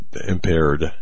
impaired